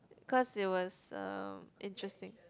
cause it was uh interesting